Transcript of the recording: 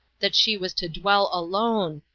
that she was to dwell alone,